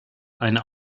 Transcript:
eine